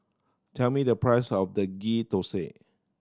tell me the price of the Ghee Thosai